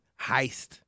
heist